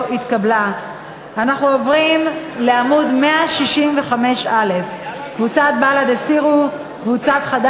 עוברים לעמוד 165, הסתייגויות של קבוצת ש"ס.